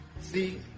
See